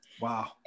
Wow